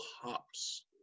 hops